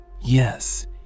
Yes